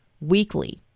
weekly